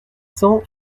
cents